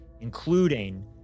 including